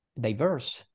diverse